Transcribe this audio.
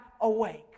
awake